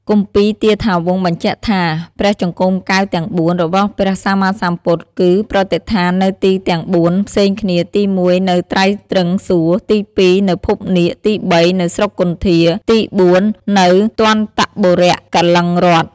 គម្ពីទាថាវង្សបញ្ជាក់ថា ព្រះចង្កូមកែវទាំង ៤ របស់ព្រះសម្មាសម្ពុទ្ធ គឺប្រតិស្ថាននៅទីទាំង ៤ ផ្សេងគ្នា ទី១នៅត្រៃត្រឹង្សសួគ៌ ទី២ នៅភពនាគ ទី៣ នៅស្រុកគន្ធា ទី៤ នៅទន្ដបុរៈកលិង្គរដ្ឋ។